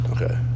Okay